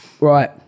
Right